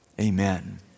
amen